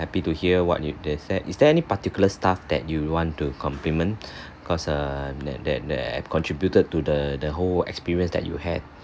happy to hear what you that said is there any particular staff that you want to compliment cause um that that that eh contributed to the the whole experience that you had